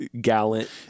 Gallant